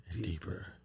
deeper